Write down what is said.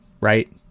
right